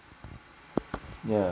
yeah